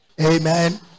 amen